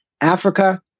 Africa